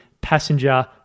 passenger